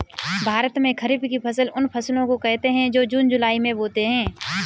भारत में खरीफ की फसल उन फसलों को कहते है जो जून जुलाई में बोते है